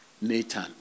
Nathan